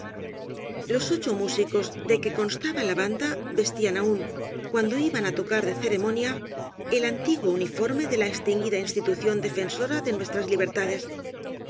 los ocho músicos de que constaba la banda vestían aún cuando iban á tocar de ceremonia el antiguo uniforme de la extinguida institución defensora de nuestras